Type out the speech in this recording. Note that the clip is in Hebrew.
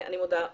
אני מודה לכולם.